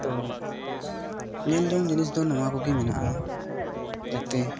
ᱛᱚ ᱧᱮᱞ ᱡᱚᱝ ᱡᱤᱱᱤᱥ ᱫᱚ ᱱᱚᱣᱟ ᱠᱚᱜᱮ ᱢᱮᱱᱟᱜᱼᱟ ᱡᱟᱛᱮ